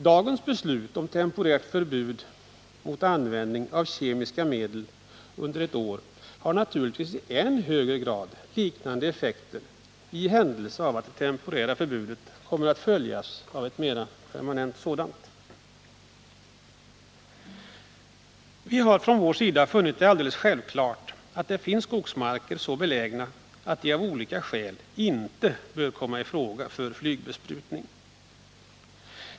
Dagens beslut om temporärt förbud mot användning 21 maj 1980 av kemiska medel under ett år har naturligtvis i än högre grad liknande effekter i händelse av att det temporära förbudet kommer att följas av ett mera permanent sådant. Vi har från vår sida funnit det alldeles självklart att det finns skogsmarker som är så belägna att de av olika skäl inte bör komma i fråga för flygbesprutning.